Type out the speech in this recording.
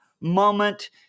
moment